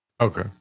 Okay